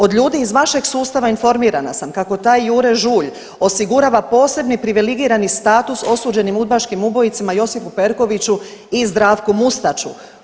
Od ljudi iz vašeg sustava informirana sam kako taj Jure Žulj osigurava posebni privilegirani status osuđenim udbaškim ubojicama Josipu Perkoviću i Zdravku Mustaču.